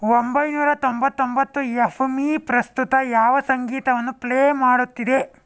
ಒಂಬೈನೂರ ತೊಂಬತ್ತೊಂಬತ್ತು F M ಪ್ರಸ್ತುತ ಯಾವ ಸಂಗೀತವನ್ನು ಪ್ಲೇ ಮಾಡುತ್ತಿದೆ